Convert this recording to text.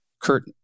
Kurt